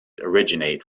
originate